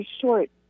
short